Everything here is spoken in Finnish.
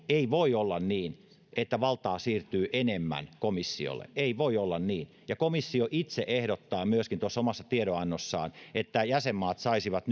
ei voi olla niin että valtaa siirtyy enemmän komissiolle ei voi olla niin ja komissio itse ehdottaa myöskin tuossa omassa tiedonannossaan että jäsenmaat saisivat